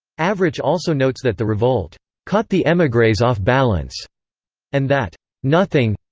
avrich also notes that the revolt caught the emigres off balance and that nothing.